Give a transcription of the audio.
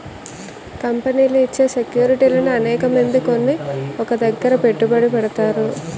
కంపెనీలు ఇచ్చే సెక్యూరిటీలను అనేకమంది కొని ఒక దగ్గర పెట్టుబడి పెడతారు